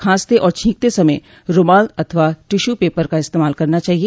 खांसते और छींकते समय रूमाल अथवा टिश्यू पेपर का इस्तेमाल करना चाहिए